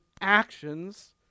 actions